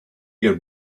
your